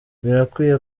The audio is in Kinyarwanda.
birakwiye